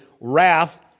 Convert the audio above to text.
wrath